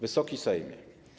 Wysoki Sejmie!